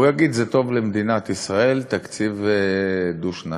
הוא יגיד: טוב למדינת ישראל תקציב דו-שנתי,